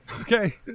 Okay